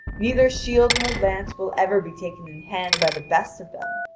neither shield nor lance will ever be taken in hand by the best of them.